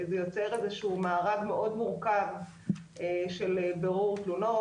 זה יוצר איזה שהוא מארג מאוד מורכב של בירור תלונות.